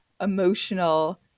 emotional